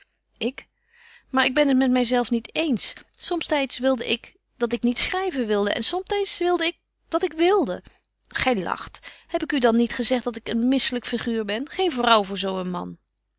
ik maar ik ben het met my zelf niet eens somtyds wilde ik dat ik niet schryven wilde en somtyds wilde ik dat ik wilde gy lacht heb ik u dan niet gezegt dat ik een misselyk figuur ben geen vrouw voor zo een man